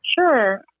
Sure